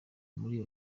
muri